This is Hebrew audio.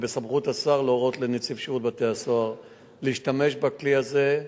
ובסמכות השר להורות לנציב שירות בתי-הסוהר להשתמש בכלי הזה,